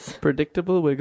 Predictable